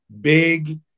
big